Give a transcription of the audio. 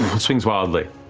swings wildly.